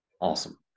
Awesome